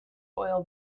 oil